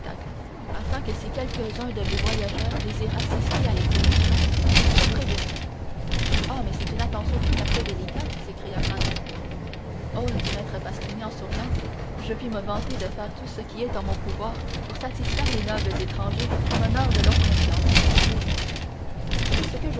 afin que si quelques-uns de mes voyageurs désirent assister à l'exécution ils soient prévenus ah mais c'est une attention tout à fait délicate s'écria franz oh dit maître pastrini en souriant je puis me vanter de faire tout ce qui est en mon pouvoir pour satisfaire les nobles étrangers qui m'honorent de leur confiance c'est ce que